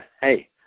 hey